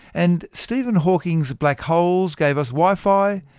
and stephen hawking's black holes gave us wi-fi,